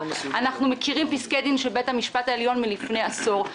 אנחנו מכירים פסקי דין של בית המשפט העליון מלפני עשור.